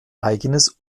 eigenes